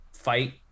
fight